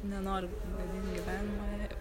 nenoriu gadint gyvenimo jai